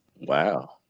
Wow